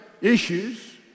issues